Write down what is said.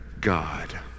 God